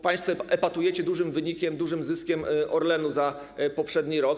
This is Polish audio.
Państwo epatujecie dużym wynikiem, dużym zyskiem Orlenu za poprzedni rok.